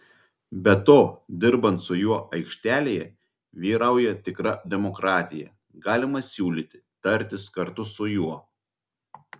be to dirbant su juo aikštelėje vyrauja tikra demokratija galima siūlyti tartis kartu su juo